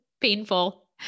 painful